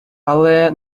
але